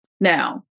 Now